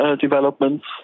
developments